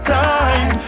time